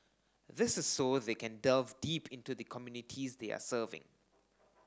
this is so they can delve deep into the communities they are serving